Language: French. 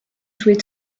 jouer